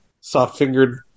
soft-fingered